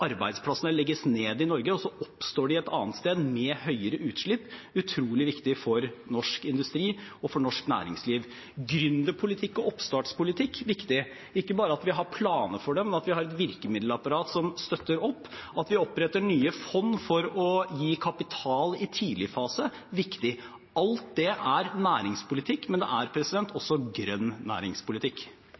arbeidsplassene legges ned i Norge, og så oppstår de et annet sted, med høyere utslipp – er utrolig viktig for norsk industri og for norsk næringsliv. Gründerpolitikk og oppstartpolitikk er viktig – ikke bare at vi har planer for det, men at vi har et virkemiddelapparat som støtter opp. Og at vi oppretter nye fond for å gi kapital i tidligfase, er viktig. Alt det er næringspolitikk, men det er også grønn